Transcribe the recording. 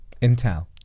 Intel